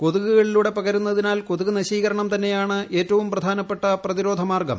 കൊതുകളിലൂടെ പകരുന്നതിനാൽ കൊതുക് ന്യശ്രീക്ർണം തന്നെയാണ് ഏറ്റവും പ്രധാനപ്പെട്ട പ്രതിരോധ മാർഗ്ഗ്മ